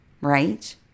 right